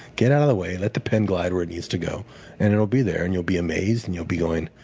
get out of the way, let the pen glide where it needs to go and it will be there, and you'll be amazed and you'll be going,